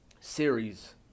series